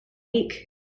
week